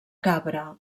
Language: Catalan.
cabra